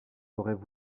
auraient